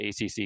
ACC